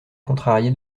contrarié